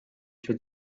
się